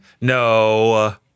No